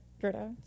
Greta